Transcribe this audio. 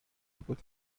بود